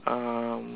um